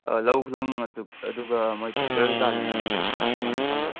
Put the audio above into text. ꯂꯧ ꯈꯨꯂꯪ ꯑꯗꯨꯒ ꯃꯣꯏ ꯇ꯭ꯔꯦꯛꯇꯔ ꯀꯩꯀꯥꯒꯤꯅ ꯀꯌꯥꯃꯨꯛ ꯆꯪꯒ꯭ꯔꯕ